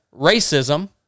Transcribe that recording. racism